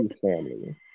family